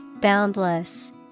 Boundless